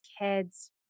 kids